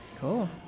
Cool